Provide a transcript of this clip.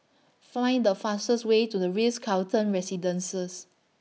Find The fastest Way to The Ritz Carlton Residences